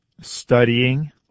studying